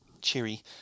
cheery